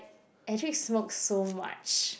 Adrek smoke so much